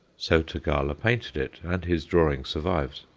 so tagala painted it, and his drawing survives.